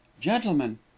gentlemen